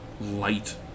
light